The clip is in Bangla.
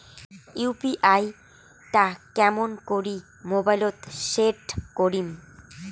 ইউ.পি.আই টা কেমন করি মোবাইলত সেট করিম?